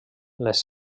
les